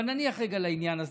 אבל נניח רגע לעניין הזה.